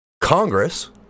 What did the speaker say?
Congress